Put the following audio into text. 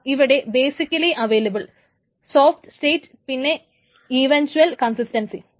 ദാ ഇവിടെ basically available soft state പിന്നെ ഈവൻച്ഛ്വൽ കൺസിസ്റ്റൻസി